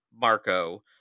Marco